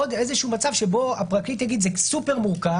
עוד מצב שבו הפרקליט יגיד שזה סופר-מורכב,